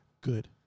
Good